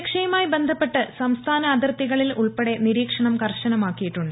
സുരക്ഷയുമായി ബന്ധപ്പെട്ട് സംസ്ഥാന അതിർത്തികളിൽ ഉൾപ്പെടെ നിരീക്ഷണം കർശനമാക്കിയിട്ടുണ്ട്